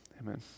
Amen